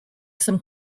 some